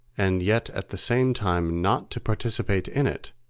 and yet at the same time not to participate in it,